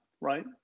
right